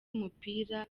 umupira